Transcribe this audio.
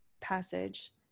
passage